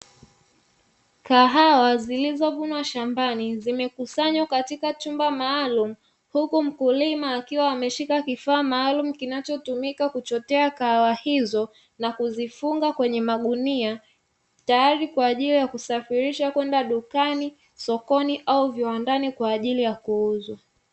Kahawa zilizovunwa shambani zimekusanywa katika chumba maalumu, huku mkulima akiwa ameshika kifaa maalumu kinachotumika kuchotea kahawa hizo na kuzifunga kwenye magunia tayari kwa ajili ya kusafirisha kwenda dukani, sokoni au viwandani kwa ajili ya kuuzwa.